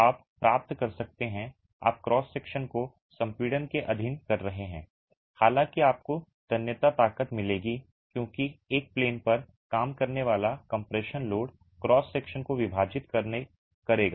आप प्राप्त कर सकते हैं आप क्रॉस सेक्शन को संपीड़न के अधीन कर रहे हैं हालाँकि आपको तन्यता ताकत मिलेगी क्योंकि एक प्लेन पर काम करने वाला कम्प्रेशन लोड क्रॉस सेक्शन को विभाजित करेगा